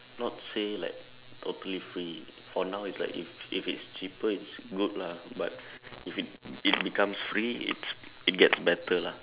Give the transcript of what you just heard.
not say like totally free for now it's like if if it's cheaper it's good lah but if it it becomes free it's it gets better lah